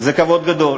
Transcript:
זה כבוד גדול.